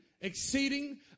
exceeding